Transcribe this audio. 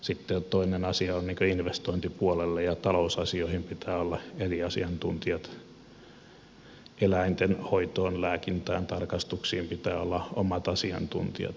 sitten toinen asia on että investointipuolelle ja talousasioihin pitää olla eri asiantuntijat ja eläinten hoitoon lääkintään tarkastuksiin pitää olla omat asiantuntijat